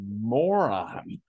moron